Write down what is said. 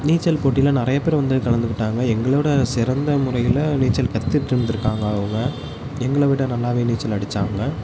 நீச்சல் போட்டியில் நிறையா பேர் வந்து கலந்துக்கிட்டாங்க எங்களோடய சிறந்த முறையில் நீச்சல் கற்றுட்ருந்துக்காங்க அவங்க எங்களை விட நல்லாவே நீச்சல் அடித்தாங்க